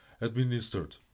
administered